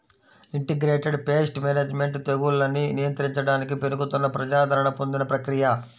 integrated pest management తెగుళ్లను నియంత్రించడానికి పెరుగుతున్న ప్రజాదరణ పొందిన ప్రక్రియ